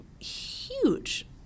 huge